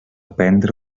prendre